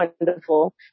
wonderful